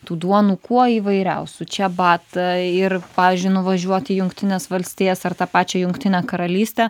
tų duonų kuo įvairiausių čiabata ir pavyzdžiui nuvažiuot į jungtines valstijas ar tą pačią jungtinę karalystę